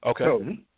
Okay